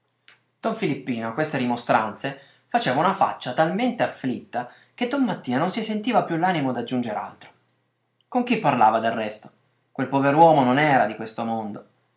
filippino a queste rimostranze faceva una faccia talmente afflitta che don mattia non si sentiva più l'animo d'aggiunger altro con chi parlava del resto quel pover uomo non era di questo mondo